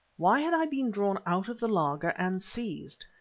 why had i been drawn out of the laager and seized,